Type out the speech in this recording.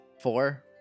Four